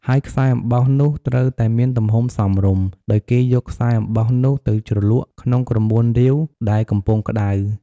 ហើយខ្សែអំបោះនោះត្រូវតែមានទំហំសមរម្យ ដោយគេយកខ្សែអំបោះនោះទៅជ្រលក់ក្នុងក្រមួនរាវដែលកំពុងក្ដៅ។